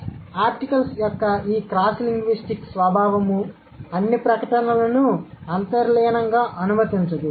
కాబట్టి ఆర్టికల్స్ యొక్క ఈ క్రాస్ లింగ్విస్టిక్ స్వభావముఅన్ని ప్రకటనలను అంతర్లీనంగా అనుమతించదు